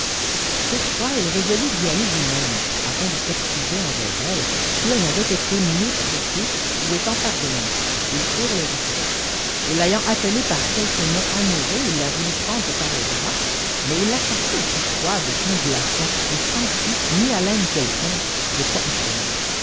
toutefois il résolut d'y aller lui-même afin de s'excuser envers elle si elle n'avait été mieux traitée où étant parvenu il tire le rideau et l'ayant appelée par quelques noms amoureux il la voulut prendre par le bras mais il la sentît aussi froide qu'un glaçon et sans pouls ni haleine quelconque de quoi effrayé